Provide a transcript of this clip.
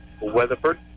Weatherford